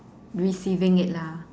receiving it lah